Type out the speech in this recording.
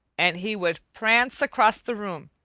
and he would prance across the room,